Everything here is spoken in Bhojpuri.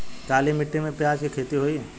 काली माटी में प्याज के खेती होई?